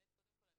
קודם כל אני